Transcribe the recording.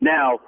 Now